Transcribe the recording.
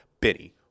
Benny